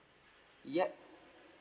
yup